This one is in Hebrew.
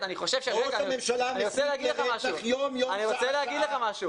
ראש הממשלה מסית לרצח יום-יום, שעה-שעה.